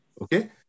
Okay